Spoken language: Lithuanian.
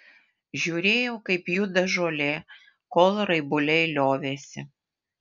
žiūrėjau kaip juda žolė kol raibuliai liovėsi